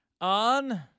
on